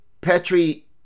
Petri